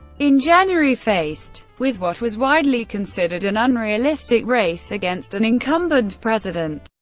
in january, faced with what was widely considered an unrealistic race against an incumbent president,